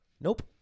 Nope